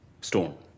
Storm